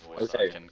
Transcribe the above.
okay